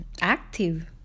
active